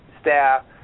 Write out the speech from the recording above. staff